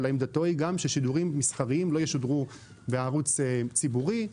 אבל עמדתו היא גם ששידורים מסחריים לא ישודרו בערוץ ציבורי.